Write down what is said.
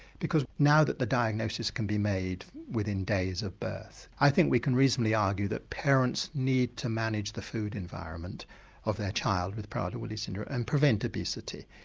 because now that the diagnosis can be made within days of birth i think we can reasonably argue that parents need to manage the food environment of their child with prader-willi syndrome and prevent obesity.